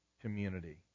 community